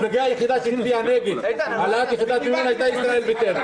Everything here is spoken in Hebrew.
המפלגה היחידה שהצביעה נגד העלאת יחידת המימון הייתה ישראל ביתנו.